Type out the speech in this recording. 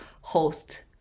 host